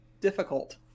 difficult